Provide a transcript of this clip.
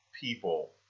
people